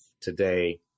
today